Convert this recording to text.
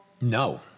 No